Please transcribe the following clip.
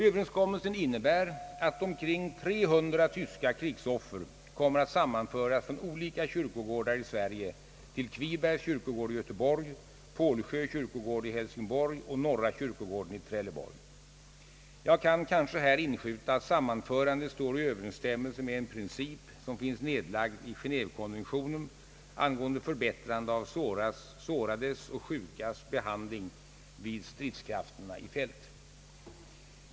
Överenskommelsen innebär att omkring 300 tyska krigsoffer kommer att sammanföras från olika kyrkogårdar i Sverige till Kvibergs kyrkogård i Göteborg, Pålsjö kyrkogård i Hälsingborg och Norra kyrkogården i Trelleborg. Jag kan kanske här inskjuta att sammanförandet står i överensstämmelse med en princip som finns nedlagd i Genévekonventionen angående förbättrande av sårades och sjukas behandling vid stridskrafterna i fält.